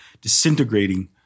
disintegrating